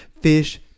Fish